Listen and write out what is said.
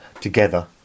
together